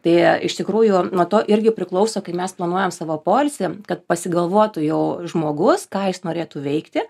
tai iš tikrųjų nuo to irgi priklauso kaip mes planuojam savo poilsį kad pasigalvotų jau žmogus ką jis norėtų veikti